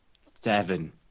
Seven